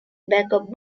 backup